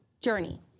journey